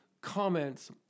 comments